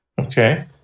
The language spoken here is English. Okay